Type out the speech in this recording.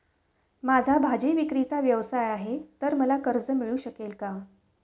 माझा भाजीविक्रीचा व्यवसाय आहे तर मला कर्ज मिळू शकेल का?